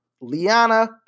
Liana